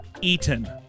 Eaton